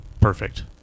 perfect